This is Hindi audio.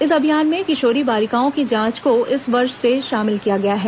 इस अभियान में किशोरी बालिकाओं की जांच को इसी वर्ष से शामिल किया गया है